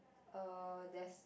uh there's